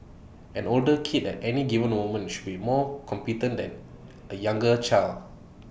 an older kid at any given moment should be more competent than A younger child